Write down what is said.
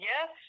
Yes